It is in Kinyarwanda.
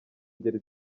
ngeri